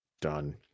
done